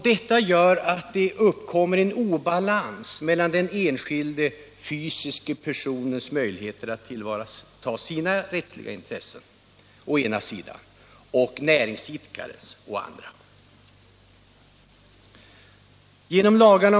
Det gör att det uppkommer en obalans mellan å ena sidan den enskilda fysiska personens möjligheter att tillvarata sina rättsliga intressen och å andra sidan näringsidkarens motsvarande möjligheter.